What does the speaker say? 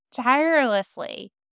tirelessly